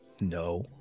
No